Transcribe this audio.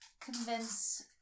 convince